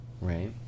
Right